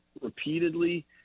repeatedly